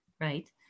right